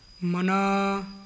Mana